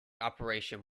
operation